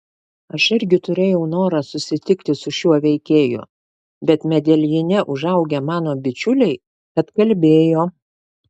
aš irgi turėjau norą susitikti su šiuo veikėju bet medeljine užaugę mano bičiuliai atkalbėjo